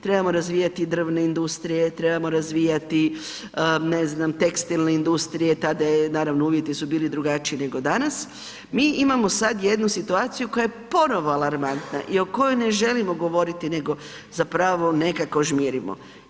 Trebamo razvijati drvne industrije, trebamo razvijati ne znam tekstilne industrije, tada su naravno uvjeti bili drugačiji nego danas, mi imamo sada jednu situaciju koja je ponovno alarmantna i o kojoj ne želimo govoriti nego zapravo nekako žmirimo.